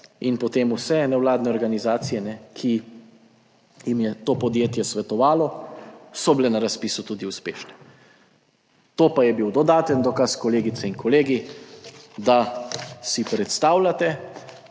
In potem vse nevladne organizacije, ki jim je to podjetje svetovalo, so bile na razpisu tudi uspešne. To pa je bil dodaten dokaz, kolegice in kolegi, da si predstavljate